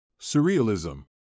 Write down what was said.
Surrealism